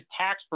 tax